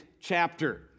chapter